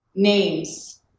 Names